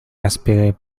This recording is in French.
aspirées